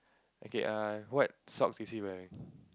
okay err what socks is he wearing